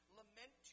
lament